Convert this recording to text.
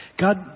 God